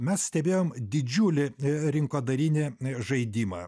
mes stebėjom didžiulį rinkodarinį žaidimą